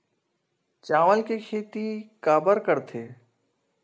चावल के खेती काबर करथे?